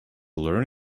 learn